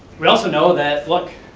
we also know that, look,